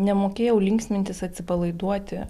nemokėjau linksmintis atsipalaiduoti